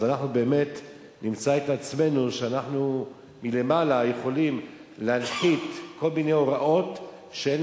אז באמת נמצא את עצמנו שאנחנו מלמעלה יכולים להנחית כל מיני הוראות שאין